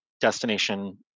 destination